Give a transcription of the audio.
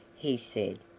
he said.